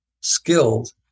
skilled